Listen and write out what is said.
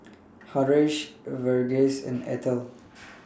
Haresh Verghese and Atal